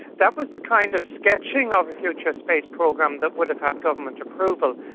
that was the kind of sketching of a future space program that would have had government approval,